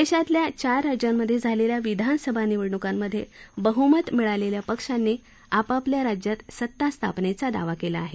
देशातल्या चार राज्यांमध्ये झालेल्या विधानसभा निवडण्कांमध्ये बहमत मिळालेल्या पक्षांनी आपापल्या राज्यांत सता स्थापनेचा दावा केला आहे